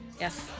Yes